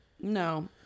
No